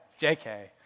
JK